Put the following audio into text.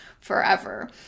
forever